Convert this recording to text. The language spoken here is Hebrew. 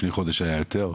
לפני חודש היה יותר,